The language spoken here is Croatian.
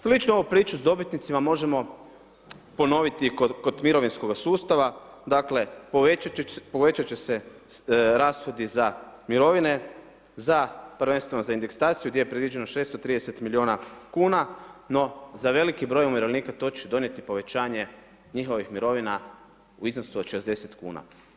Sličnu ovu priču s dobitnicima možemo ponoviti kod mirovinskoga sustava, dakle, povećat će se rashodi za mirovine, za prvenstveno za indeksaciju gdje je predviđeno 630 milijuna kuna, no za veliki broj umirovljenika to će donijeti povećanje njihovih mirovina u iznosu od 60 kuna.